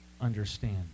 understand